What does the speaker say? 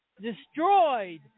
destroyed